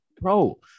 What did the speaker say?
bro